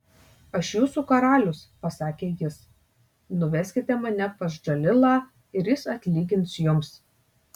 aš jūsų karalius pasakė jis nuveskite mane pas džalilą ir jis atlygins jums